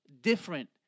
different